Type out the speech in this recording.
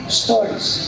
stories